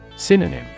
Synonym